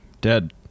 Dead